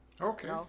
Okay